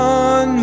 on